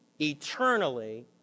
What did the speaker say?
eternally